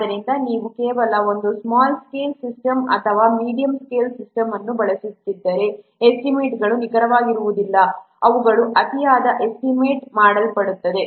ಆದ್ದರಿಂದ ನೀವು ಕೇವಲ ಒಂದು ಸ್ಮಾಲ್ ಸ್ಕೇಲ್ ಸಿಸ್ಟಮ್ ಅಥವಾ ಮೀಡಿಯಂ ಸ್ಕೇಲ್ ಸಿಸ್ಟಮ್ ಅನ್ನು ಬಳಸುತ್ತಿದ್ದರೆ ಎಸ್ಟಿಮೇಟ್ಗಳು ನಿಖರವಾಗಿರುವುದಿಲ್ಲ ಅವುಗಳು ಅತಿಯಾಗಿ ಎಸ್ಟಿಮೇಟ್ ಮಾಡಲ್ಪಡುತ್ತವೆ